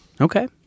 Okay